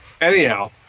Anyhow